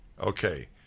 Okay